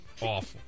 Awful